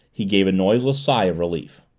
he gave a noiseless sigh of relief.